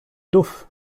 duff